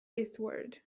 eastward